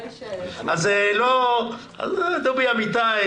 דובי אמיתי,